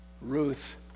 Ruth